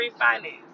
refinance